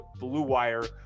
BLUEWIRE